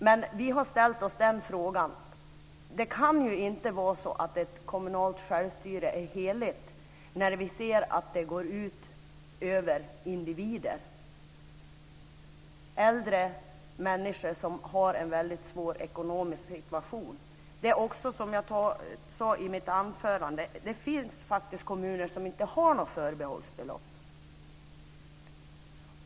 Men vi har sagt att ett kommunalt självstyre inte kan vara heligt när vi ser att det går ut över individer, äldre människor som har en väldigt svår ekonomisk situation. Som jag sade tidigare så finns det faktiskt kommuner som inte har något förbehållsbelopp.